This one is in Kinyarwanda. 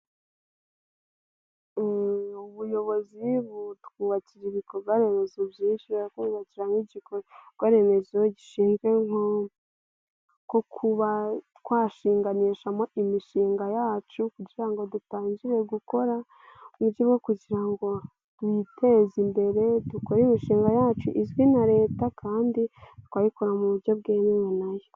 Ubuyobozi butwubakira ibikorwa remezo byinshi, nko kubakira nk'igikorwaremezo gishinzwe nko kuba twashinganishamo imishinga yacu kugira ngo dutangire gukora, mu buryo bwo kugira ngo twiteze imbere dukore imishinga yacu izwi na Leta kandi tukayikora mu buryo bwemewe nayo.